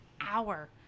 hour